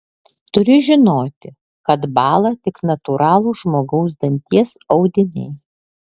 turi žinoti kad bąla tik natūralūs žmogaus danties audiniai